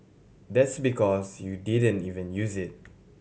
that's because you didn't even use it